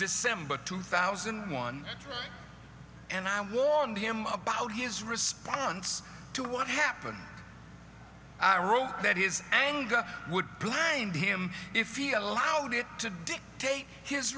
december two thousand and one and i warned him about his response to what happened i wrote that is anger would blame him if he allowed it to dictate his